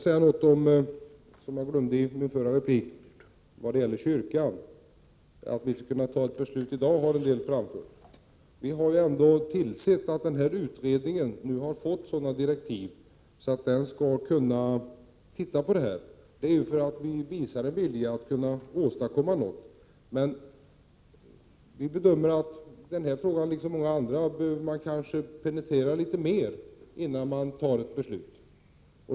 När det gäller kyrkan har en del framfört att vi skulle kunna fatta ett beslut idag. Vi har sett till att denna utredning har fått sådana direktiv att den skall kunna titta på dessa frågor. Vi visar en vilja att åstadkomma något. Vi bedömer emellertid att denna fråga, liksom många andra frågor, behöver penetreras litet mera innan man fattar ett beslut.